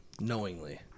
knowingly